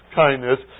kindness